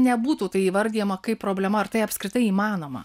nebūtų tai įvardijama kaip problema ar tai apskritai įmanoma